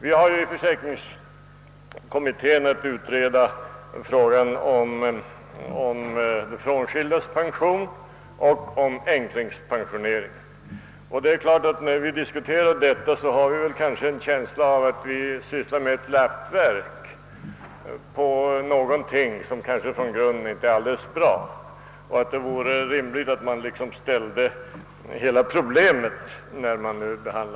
I pensionsförsäkringskommittén har vi att utreda frågan om de frånskildas pension och frågan om änklingspensioneringen. När vi diskuterar dessa saker har vi nog haft en känsla av att syssla med ett lappverk av någonting som kanske från grunden inte är helt bra och av att det vore rimligt att man liksom genomgår hela problemet vid behandlingen.